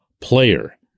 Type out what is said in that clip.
player